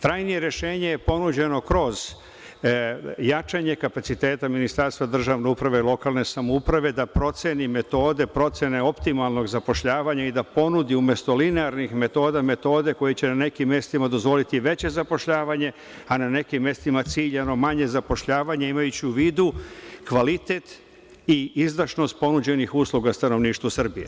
Trajnije rešenje je ponuđeno kroz jačanje kapaciteta Ministarstva državne uprave i lokalne samouprave, da proceni metode procene optimalnog zapošljavanja i da ponudi umesto linearnih metoda, metode koje će na nekim mestima dozvoliti veće zapošljavanje, a nekim mestima ciljano manje zapošljavanje, imajući u vidu kvalitet i izdašnost ponuđenih usluga stanovništva Srbije.